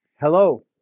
Hello